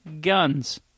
guns